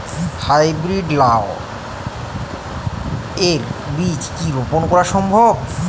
High breed লাও এর বীজ কি রোপন করা সম্ভব?